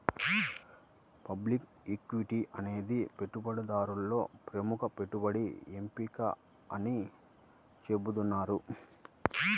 public equity అనేది పెట్టుబడిదారులలో ప్రముఖ పెట్టుబడి ఎంపిక అని చెబుతున్నారు